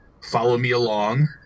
follow-me-along